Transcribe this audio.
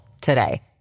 today